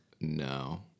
no